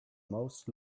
most